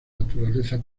naturaleza